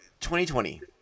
2020